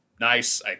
nice